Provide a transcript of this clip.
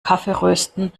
kaffeerösten